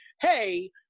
hey